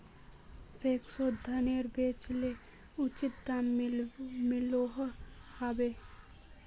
पैक्सोत धानेर बेचले उचित दाम मिलोहो होबे?